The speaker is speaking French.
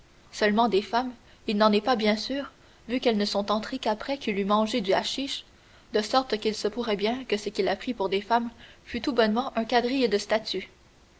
seulement des femmes il n'en est pas bien sûr vu qu'elles ne sont entrées qu'après qu'il eut mangé du haschich de sorte qu'il se pourrait bien que ce qu'il a pris pour des femmes fût tout bonnement un quadrille de statues